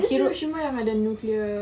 is it hiroshima yang ada nuclear